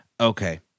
Okay